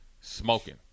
smoking